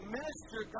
minister